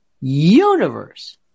Universe